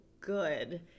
good